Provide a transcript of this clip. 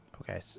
okay